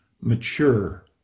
mature